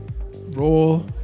Roll